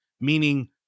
Meaning